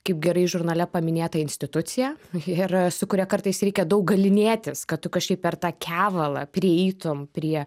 kaip gerai žurnale paminėta institucija ir su kuria kartais reikia daug galynėtis kad tu kažkaip per tą kevalą prieitum prie